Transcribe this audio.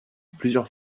plusieurs